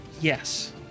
Yes